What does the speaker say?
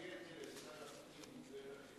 תציע את זה לשר הפנים, הוא בטח יתמוך.